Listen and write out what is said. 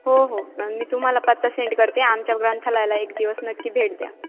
हो हो मग मी तुम्हाला पत्ता सेंड करते आमच्या ग्रंथालयाला एक दिवस नक्की भेट द्या